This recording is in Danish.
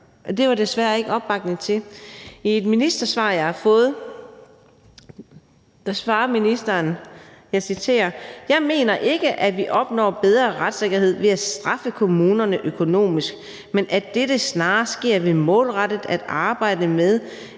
det var der desværre ikke opbakning til. I et ministersvar, jeg har fået, svarer ministeren: »Jeg mener ikke, at vi opnår bedre retssikkerhed ved at straffe kommunerne økonomisk, men at dette snarere sker ved målrettet at arbejde med